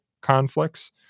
conflicts